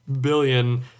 billion